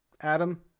Adam